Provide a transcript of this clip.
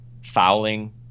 fouling